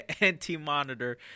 Anti-Monitor